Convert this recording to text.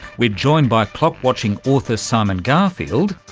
we're joined by clock-watching author simon garfield.